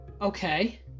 okay